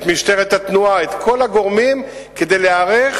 את משטרת התנועה, את כל הגורמים, כדי להיערך.